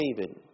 David